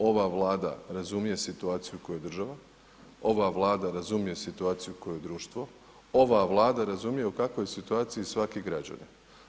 Ova Vlada razumije situaciju u kojoj je država, ova Vlada razumije situaciju u kojoj je društvo, ova Vlada razumije u kakvoj je situaciji svaki građanin.